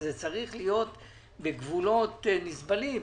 זה צריך להיות בגבולות נסבלים.